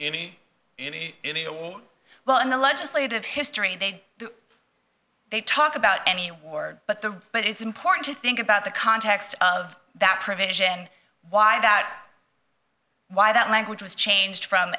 any any any alone well in the legislative history they they talk about any war but the but it's important to think about the context of that provision and why that why that language was changed from